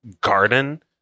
garden